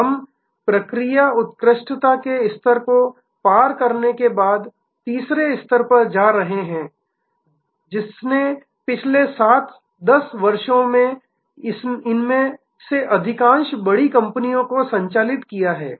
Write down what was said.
हम प्रक्रिया उत्कृष्टता के स्तर को पार करने के बाद तीसरे स्तर पर जा रहे हैं जिसने पिछले 7 10 वर्षों में इनमें से अधिकांश बड़ी कंपनियों को संचालित किया है